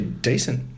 Decent